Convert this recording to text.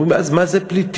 אומרים: אז מה זה פליטים?